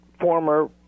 former